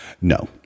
No